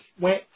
went